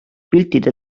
piltide